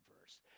verse